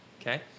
Okay